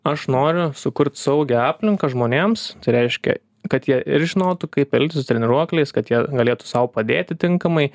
aš noriu sukurt saugią aplinką žmonėms tai reiškia kad jie ir žinotų kaip elgtis treniruokliais kad jie galėtų sau padėti tinkamai